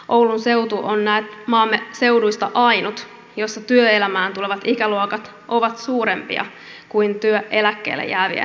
oulun seutu on näet maamme seuduista ainut jossa työelämään tulevat ikäluokat ovat suurempia kuin työeläkkeelle jäävien ikäluokat